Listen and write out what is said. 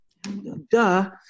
duh